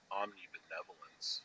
omnibenevolence